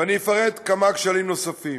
ואני אפרט כמה כשלים נוספים: